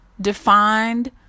defined